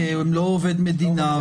כי הם לא עובד מדינה.